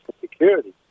security